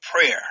prayer